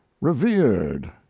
revered